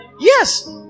Yes